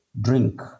Drink